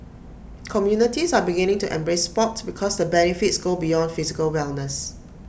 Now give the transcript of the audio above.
communities are beginning to embrace Sport because the benefits go beyond physical wellness